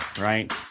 right